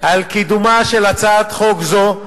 על קידומה של הצעת חוק זו.